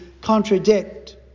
contradict